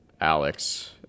Alex